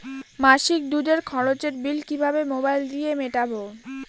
মাসিক দুধের খরচের বিল কিভাবে মোবাইল দিয়ে মেটাব?